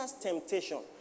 temptation